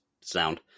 sound